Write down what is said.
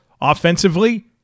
offensively